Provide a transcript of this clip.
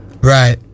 right